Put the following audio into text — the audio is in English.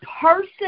person